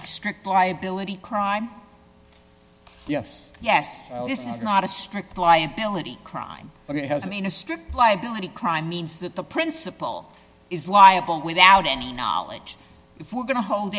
strict liability crime yes yes this is not a strict liability crime but it has i mean a strict liability crime means that the principal is liable without any knowledge if we're going to hold